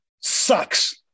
sucks